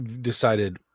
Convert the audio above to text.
decided